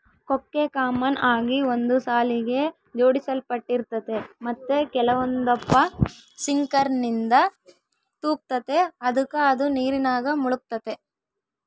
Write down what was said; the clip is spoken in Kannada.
ಕೊಕ್ಕೆ ಕಾಮನ್ ಆಗಿ ಒಂದು ಸಾಲಿಗೆ ಜೋಡಿಸಲ್ಪಟ್ಟಿರ್ತತೆ ಮತ್ತೆ ಕೆಲವೊಂದಪ್ಪ ಸಿಂಕರ್ನಿಂದ ತೂಗ್ತತೆ ಅದುಕ ಅದು ನೀರಿನಾಗ ಮುಳುಗ್ತತೆ